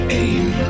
aim